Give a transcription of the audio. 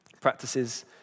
practices